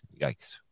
yikes